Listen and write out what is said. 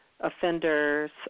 offenders